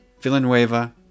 Villanueva